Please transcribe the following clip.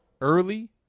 early